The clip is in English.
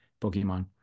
Pokemon